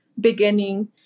beginning